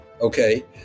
okay